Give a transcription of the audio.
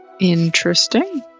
Interesting